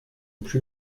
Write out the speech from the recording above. plus